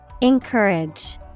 Encourage